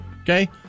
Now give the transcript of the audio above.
Okay